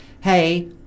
...hey